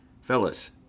fellas